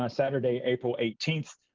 ah saturday, april eighteenth,